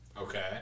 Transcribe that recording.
Okay